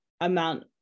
amount